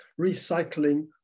recycling